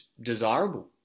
desirable